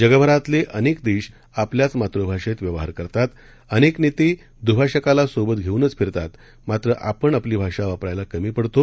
जगभरातले अनेक देश आपल्याच मातुभाषेत व्यवहार करता अनेक नेते दुभाषकाला सोबत घेऊनच फिरतात मात्र आपण आपली भाषा वापरायला कमी पडतो